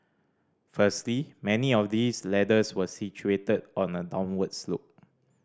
firstly many of these ladders were situated on a downward slope